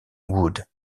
wood